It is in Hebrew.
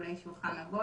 תרגולי שולחן עגול.